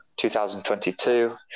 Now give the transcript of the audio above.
2022